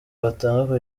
batanga